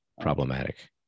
problematic